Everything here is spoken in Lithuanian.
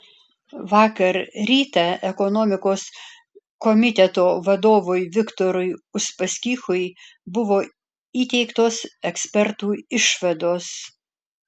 vakar rytą ekonomikos komiteto vadovui viktorui uspaskichui buvo įteiktos ekspertų išvados